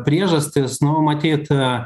priežastys nu matyt